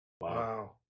Wow